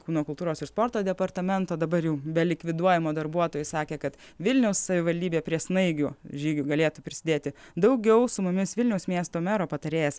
kūno kultūros ir sporto departamento dabar jau be likviduojamo darbuotojo sakė kad vilniaus savivaldybė prie snaigių žygių galėtų prisidėti daugiau su mumis vilniaus miesto mero patarėjas